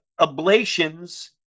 ablations